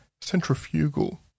centrifugal